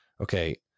okay